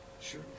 sure